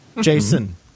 jason